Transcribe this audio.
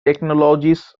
technologies